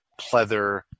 pleather